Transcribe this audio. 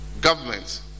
government